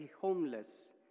homeless